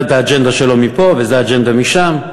זה האג'נדה שלו מפה וזה האג'נדה משם.